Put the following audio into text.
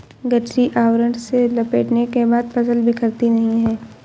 गठरी आवरण से लपेटने के बाद फसल बिखरती नहीं है